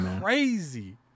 crazy